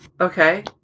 Okay